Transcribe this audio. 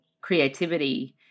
creativity